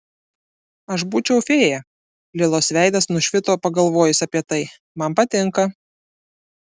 aš būčiau fėja lilos veidas nušvito pagalvojus apie tai man patinka